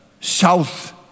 South